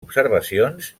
observacions